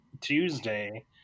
Tuesday